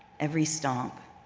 every stomp.